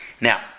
Now